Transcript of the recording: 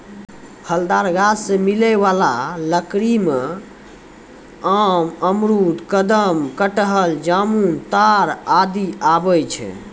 फलदार गाछ सें मिलै वाला लकड़ी में आम, अमरूद, कदम, कटहल, जामुन, ताड़ आदि आवै छै